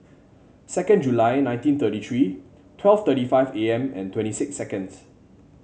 second July nineteen thirty three twelve thirty five A M and twenty six seconds